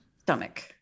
stomach